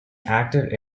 active